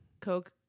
Coke